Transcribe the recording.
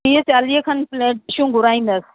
टीह चालीह खनु प्लेशियूं घुराईंदसि